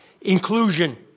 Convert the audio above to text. Inclusion